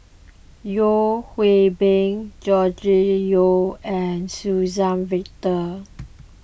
Yeo Hwee Bin Gregory Yong and Suzann Victor